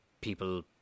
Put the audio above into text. people